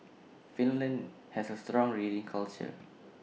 Finland has A strong reading culture